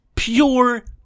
Pure